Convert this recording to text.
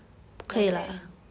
我 dare 你